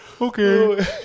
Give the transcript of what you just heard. Okay